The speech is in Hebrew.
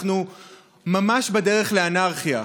אנחנו ממש בדרך לאנרכיה,